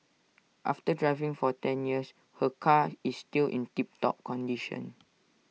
after driving for ten years her car is still in tip top condition